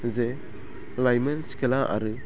जे लाइमोन सिखोला आरो